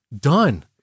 done